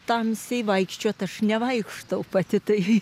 tamsiai vaikščiot aš nevaikštau pati tai